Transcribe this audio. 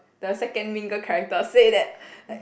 the second main girl character say that